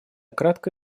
кратко